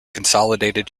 consolidated